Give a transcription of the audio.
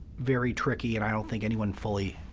very tricky, and i don't think anyone fully,